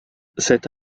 cette